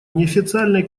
неофициальные